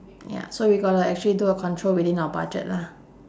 ya so we gotta actually do a control within our budget lah